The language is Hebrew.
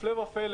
הפלא ופלא,